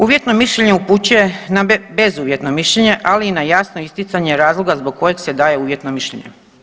Uvjetno mišljenje upućuje na bezuvjetno mišljenje ali i na jasno isticanje razloga zbog kojeg se daje uvjetno mišljenje.